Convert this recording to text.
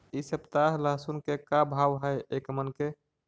इ सप्ताह लहसुन के का भाव है एक मन के?